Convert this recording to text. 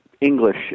English